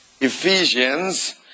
Ephesians